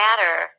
matter